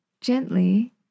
Gently